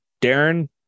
Darren